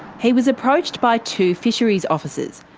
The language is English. he was approached by two fisheries officers.